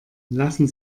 lassen